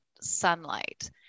sunlight